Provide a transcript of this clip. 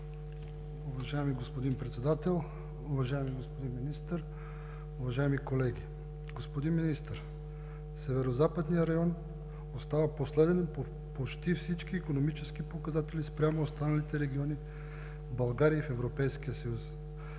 Уважаеми господин Председател, уважаеми господин Министър, уважаеми колеги! Господин Министър, Северозападният район остава последен по почти всички икономически показатели спрямо останалите региони в България и в Европейския съюз.